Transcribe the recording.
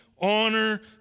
honor